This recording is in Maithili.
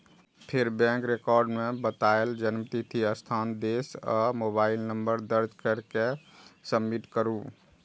फेर बैंक रिकॉर्ड मे बतायल जन्मतिथि, स्थान, देश आ मोबाइल नंबर दर्ज कैर के सबमिट करू